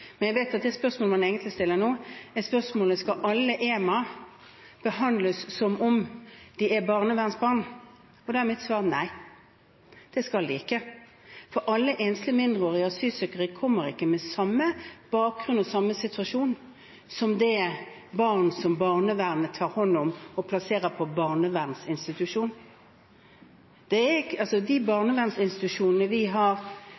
Men jeg vet at det spørsmålet man egentlig stiller nå, er: Skal alle enslige mindreårige asylsøkere – EMA – behandles som om de er barnevernsbarn? Og da er mitt svar: Nei, det skal de ikke, for alle enslige mindreårige asylsøkere som kommer, har ikke samme bakgrunn eller er i samme situasjon som dem som barnevernet tar hånd om og plasserer i en barnevernsinstitusjon. De barnevernsinstitusjonene vi har